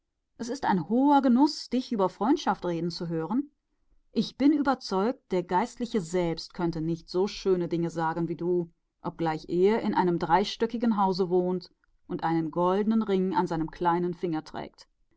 es ist ein genuß dich über freundschaft reden zu hören ich bin fest überzeugt daß nicht einmal der pfarrer so schöne dinge darüber sagen kann wie du obgleich er doch in einem dreistöckigen haus wohnt und einen goldenen ring am kleinen finger trägt